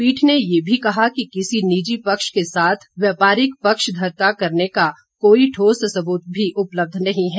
पीठ ने यह भी कहा कि किसी निजी पक्ष के साथ व्यापारिक पक्षधरता करने का कोई ठोस सबूत भी उपलब्ध नहीं है